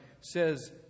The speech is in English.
says